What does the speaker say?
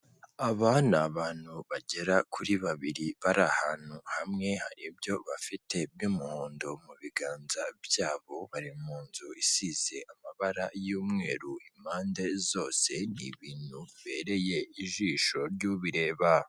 Aba ni abantu bagera kuri babiri bari ahantu hamwe, hari ibyo bafite by'umuhondo mu biganza byabo, bari mu nzu isize amabara y'umweru impande zose ni ibintu bibereye ijisho ry'ubireba.